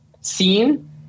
seen